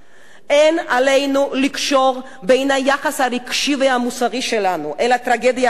אין לנו לקשור בין היחס הרגשי והמוסרי שלנו אל הטרגדיה הארמנית